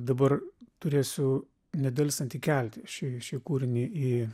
dabar turėsiu nedelsiant įkelti šį šį kūrinį į